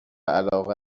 علاقه